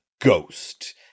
ghost